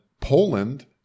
Poland